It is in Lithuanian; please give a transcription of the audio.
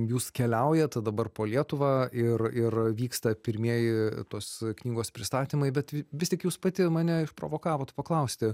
jūs keliaujate dabar po lietuvą ir ir vyksta pirmieji tos knygos pristatymai bet vis tik jūs pati mane išprovokavot paklausti